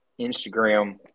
Instagram